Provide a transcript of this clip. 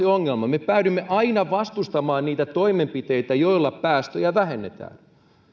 ongelma me päädymme aina vastustamaan niitä toimenpiteitä joilla päästöjä vähennetään